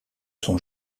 son